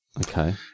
Okay